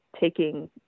taking